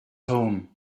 home